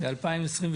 ב-2022